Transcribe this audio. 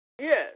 Yes